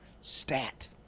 stat